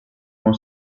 con